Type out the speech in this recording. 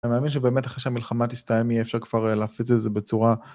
אני מאמין שבאמת אחרי שהמלחמה תסתיים יהיה אפשר כבר להפיץ את זה בצורה...